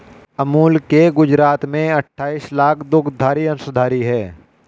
अमूल के गुजरात में अठाईस लाख दुग्धधारी अंशधारी है